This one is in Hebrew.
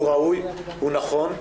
הוא ראוי, הוא נכון,